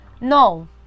No